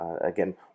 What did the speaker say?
again